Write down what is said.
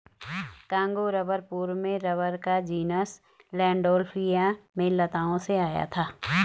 Congo rubber पूर्व में rubber का जीनस लैंडोल्फिया में लताओं से आया था